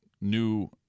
new